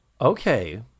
Okay